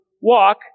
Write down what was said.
walk